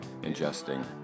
ingesting